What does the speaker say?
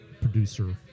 producer